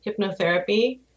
hypnotherapy